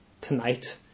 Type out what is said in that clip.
tonight